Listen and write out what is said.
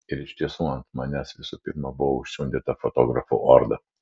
ir iš tiesų ant manęs visų pirma buvo užsiundyta fotografų orda